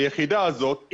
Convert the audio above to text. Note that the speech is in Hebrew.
היחידה הזאת,